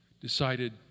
decided